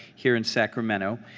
here in sacramento,